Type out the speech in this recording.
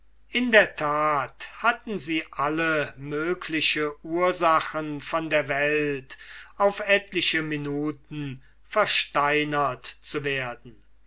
in der tat hatten sie alle mögliche ursachen von der welt auf etliche minuten versteinert zu werden